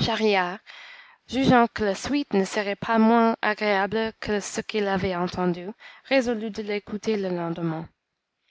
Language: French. schahriar jugeant que la suite ne serait pas moins agréable que ce qu'il avait entendu résolut de l'écouter le lendemain